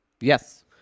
Yes